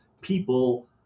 People